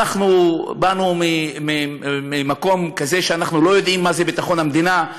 אנחנו באנו ממקום כזה שאנחנו לא יודעים מה זה ביטחון המדינה?